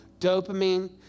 Dopamine